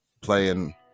playing